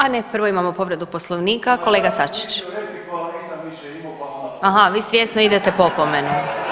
A ne, prvo imamo povredu Poslovnika kolega Sačić. … [[Upadica Sačić, ne čuje se.]] Aha, vi svjesno idete po opomenu.